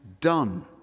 done